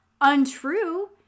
untrue